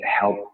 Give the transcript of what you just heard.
help